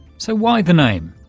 so why the name?